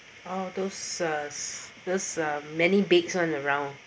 oh those are those are many bakes [one] around